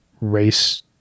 race